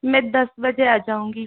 मैं दस बजे आ जाऊँगी